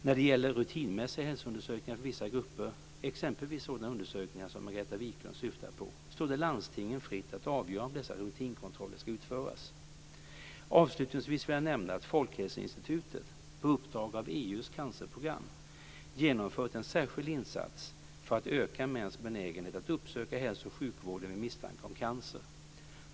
När det gäller rutinmässiga hälsoundersökningar för vissa grupper, exempelvis sådana undersökningar som Margareta Viklund syftar på, står det landstingen fritt att avgöra om dessa rutinkontroller ska utföras. Avslutningsvis vill jag nämna att Folkhälsoinstitutet, på uppdrag av EU:s cancerprogram, genomfört en särskild insats för att öka mäns benägenhet att uppsöka hälso och sjukvården vid misstanke om cancer.